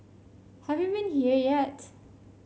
have you been here yet